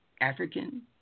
African